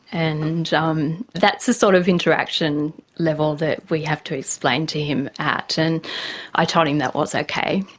and um that's the sort of interaction level that we have to explain to him at. and i told him that was okay,